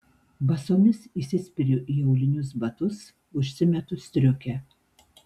basomis įsispiriu į aulinius batus užsimetu striukę